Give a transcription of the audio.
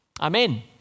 amen